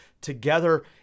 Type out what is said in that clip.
together